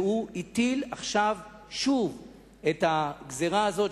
והטיל עכשיו שוב את הגזירה הזאת,